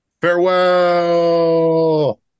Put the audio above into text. farewell